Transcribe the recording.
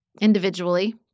individually